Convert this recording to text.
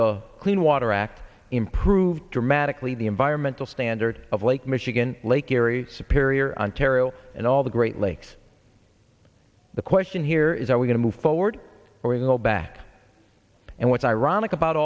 the clean water act improved dramatically the environmental standard of lake michigan lake erie superior ontario and all the great lakes the question here is are we going to move forward or go back and what's ironic about